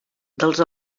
dels